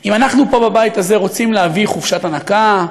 אם אנחנו פה, בבית הזה, רוצים להביא חופשת הנקה,